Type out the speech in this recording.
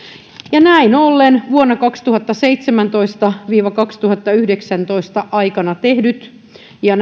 näin ollen vuosien kaksituhattaseitsemäntoista viiva kaksituhattayhdeksäntoista aikana tehtävät ja